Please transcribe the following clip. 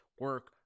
Work